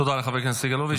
תודה לחבר הכנסת סגלוביץ'.